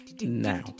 now